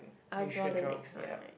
you should draw yup